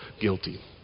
guilty